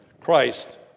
Christ